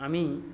আমি